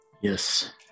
Yes